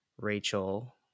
Rachel